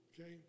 okay